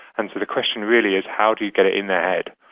and so the question really is how do you get it in their head,